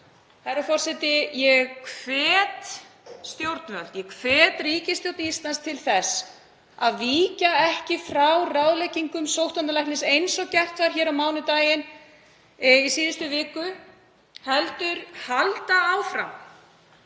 Herra forseti. Ég hvet stjórnvöld, ég hvet ríkisstjórn Íslands til þess að víkja ekki frá ráðleggingum sóttvarnalæknis eins og gert var hér á mánudaginn í síðustu viku heldur halda áfram